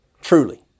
truly